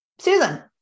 Susan